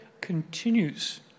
continues